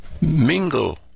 mingle